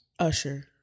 Usher